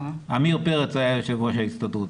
עמיר פרץ היה יושב ראש ההסתדרות.